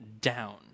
down